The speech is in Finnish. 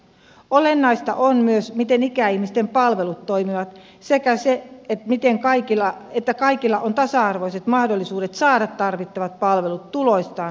olennaista on myös se miten ikäihmisten palvelut toimivat sekä se että kaikilla on tasa arvoiset mahdollisuudet saada tarvittavat palvelut tuloistaan huolimatta